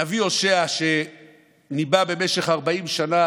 הנביא הושע, שניבא במשך 40 שנה